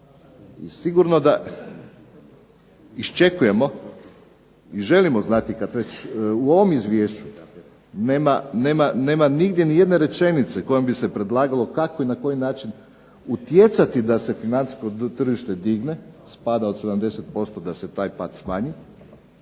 sigurno da iščekujemo i želimo znati kad već u ovom izvješću nema nigdje ni jedne rečenice kojom bi se predlagalo kako i na koji način utjecati da se financijsko tržište digne, s pada od 70% da se taj pad smanji.